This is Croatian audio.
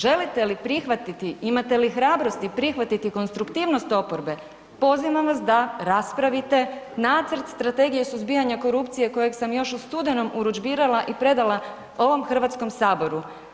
Želite li prihvatiti, imate li hrabrosti prihvatiti konstruktivnost oporbe, pozivam vas da raspravite Nacrt strategije suzbijanja korupcije kojeg sam još u studenom urudžbirala i predala ovom Hrvatskom saboru.